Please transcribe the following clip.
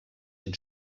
den